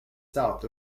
south